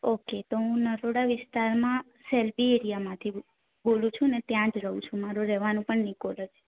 okay તો હું નરોડા વિસ્તારમાં સેલ્બી એરિયામાંથી બોલું છું ને ત્યાં જ રહું છું મારું રહેવાનું પણ નિકોલ જ છે